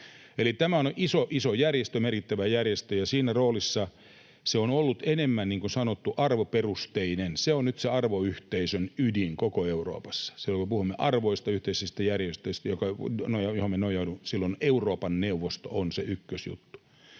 tämä on iso, iso järjestö, merkittävä järjestö, ja siinä roolissa se on ollut enemmän, niin kuin sanottu, arvoperusteinen. Se on nyt se arvoyhteisön ydin koko Euroopassa. Silloin kun puhumme arvoista, yhteisistä järjestöistä, joihin me nojaudumme, silloin Euroopan neuvosto on se ykkösjuttu,